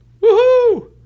woohoo